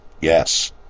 yes